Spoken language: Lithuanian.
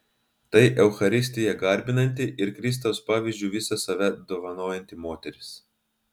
tai eucharistiją garbinanti ir kristaus pavyzdžiu visą save dovanojanti moteris